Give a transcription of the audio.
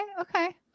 Okay